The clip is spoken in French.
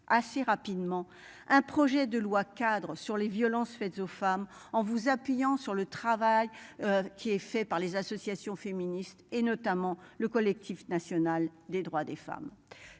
assez rapidement un projet de loi cadre sur les violences faites aux femmes, en vous appuyant sur le travail. Qui est fait par les associations féministes et notamment le collectif national des droits des femmes.